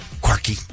Quirky